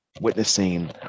witnessing